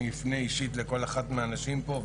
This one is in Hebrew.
אני אפנה אישית לכל אחת מהנשים פה.